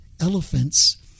elephants